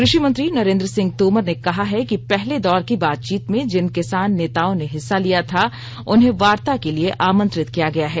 कृषि मंत्री नरेन्द्र सिंह तोमर ने कहा है कि पहले दौर की बातचीत में जिन किॅसान नेताओँ ने हिस्सा लिया था उन्हें वार्ता के लिए आमंत्रित किया गया है